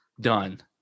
done